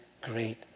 great